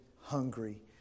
hungry